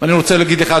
ואני רוצה להגיד לך,